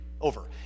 Over